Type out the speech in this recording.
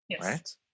right